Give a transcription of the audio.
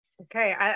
Okay